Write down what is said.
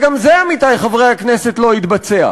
וגם זה, עמיתי חברי הכנסת, לא התבצע.